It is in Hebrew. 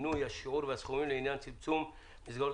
(שינוי השיעור והסכומים לעניין צמצום מסגרות